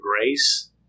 grace